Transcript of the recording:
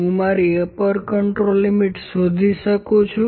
હું મારી upper control limit શોધી શકું છું